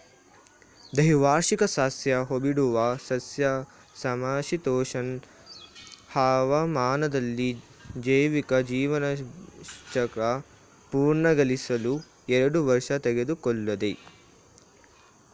ದ್ವೈವಾರ್ಷಿಕ ಸಸ್ಯ ಹೂಬಿಡುವ ಸಸ್ಯ ಸಮಶೀತೋಷ್ಣ ಹವಾಮಾನದಲ್ಲಿ ಜೈವಿಕ ಜೀವನಚಕ್ರ ಪೂರ್ಣಗೊಳಿಸಲು ಎರಡು ವರ್ಷ ತೆಗೆದುಕೊಳ್ತದೆ